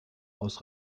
aus